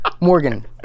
Morgan